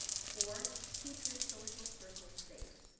fourth, keep your social circle safe.